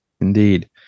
indeed